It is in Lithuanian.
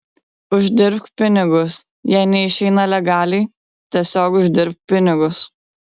uždirbk pinigus jei neišeina legaliai tiesiog uždirbk pinigus